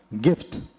gift